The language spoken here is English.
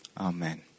Amen